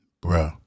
Bro